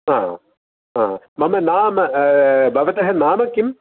हा हा मम नाम भवतः नाम किं